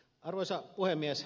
arvoisa puhemies